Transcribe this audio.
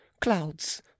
clouds